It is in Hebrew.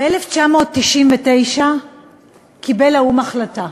ב-1999 קיבל האו"ם החלטה.